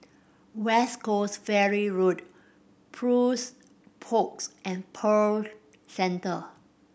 West Coast Ferry Road Plush Pods and Pearl Centre